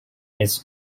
its